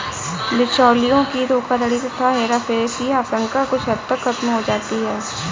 बिचौलियों की धोखाधड़ी तथा हेराफेरी की आशंका कुछ हद तक खत्म हो जाती है